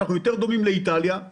אנחנו יותר דומים לאיטליה,